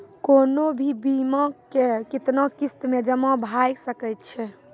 कोनो भी बीमा के कितना किस्त मे जमा भाय सके छै?